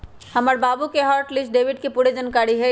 हमर बाबु के हॉट लिस्ट डेबिट के पूरे जनकारी हइ